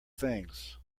things